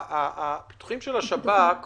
הפיתוחים של השב"כ אומרים,